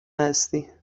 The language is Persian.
هستی